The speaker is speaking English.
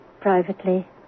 privately